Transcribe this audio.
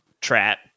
trap